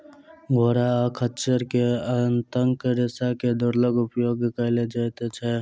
घोड़ा आ खच्चर के आंतक रेशा के दुर्लभ उपयोग कयल जाइत अछि